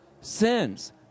sins